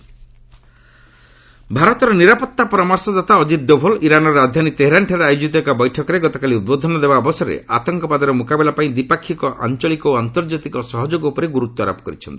ଅଜିତ ଡୋଭାଲ ଭାରତର ନିରାପତ୍ତା ପରାମର୍ଶଦାତା ଅଜିତ ଡୋଭାଲ ଇରାନ୍ର ରାଜଧାନୀ ତେହେରାନଠାରେ ଆୟୋକିତ ଏକ ବୈଠକରେ ଗତକାଲି ଉଦ୍ବୋଧନ ଦେବା ଅବସରରେ ଆତଙ୍କବାଦର ମୁକାବିଲା ପାଇଁ ଦ୍ୱିପାକ୍ଷିକ ଆଞ୍ଚଳିକ ଓ ଆନ୍ତର୍ଜାତିକ ସହଯୋଗ ଉପରେ ଗୁରୁତ୍ୱାରୋପ କରିଛନ୍ତି